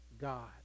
God